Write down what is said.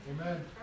Amen